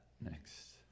next